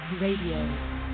Radio